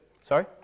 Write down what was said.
sorry